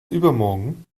übermorgen